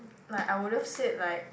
like I would have just said like